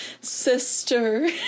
Sister